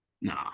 nah